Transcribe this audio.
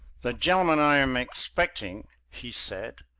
the gentlemen i am expecting, he said,